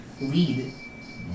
lead